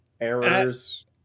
errors